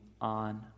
on